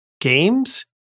games